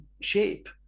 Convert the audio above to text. shape